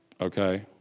okay